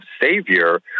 savior